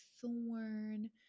Thorn